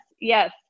yes